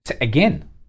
Again